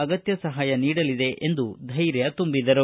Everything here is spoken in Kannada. ಅಗತ್ತ ಸಹಾಯ ನೀಡಲಿದೆ ಎಂದು ಧೈರ್ಯ ತುಂಬಿದರು